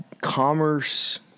commerce